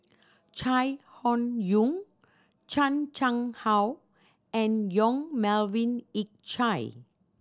Chai Hon Yoong Chan Chang How and Yong Melvin Yik Chye